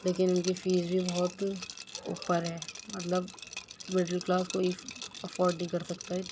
لیکن اِن کی فیس بھی بہت اوپر ہے مطلب مڈل کلاس کوئی افورڈ نہیں کر سکتا ہے